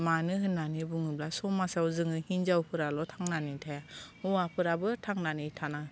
मानो होननानै बुङोब्ला समाजाव जोङो हिनजावफोराल' थांनानै थाया हौवाफोराबो थांनानै थानांगौ